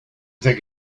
take